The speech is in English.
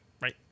right